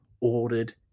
ordered